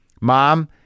Mom